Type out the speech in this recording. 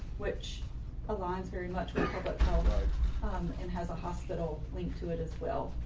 which aligns very much with public health um and has hospital link to it as well,